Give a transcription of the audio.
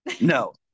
No